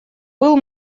был